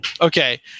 Okay